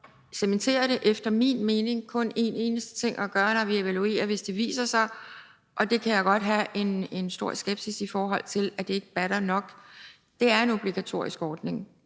det, men der er efter min mening kun en eneste ting at gøre, når vi evaluerer det, og hvis det viser sig – og det kan jeg godt have en stor skepsis i forhold til – at det ikke batter nok, og det er en obligatorisk ordning.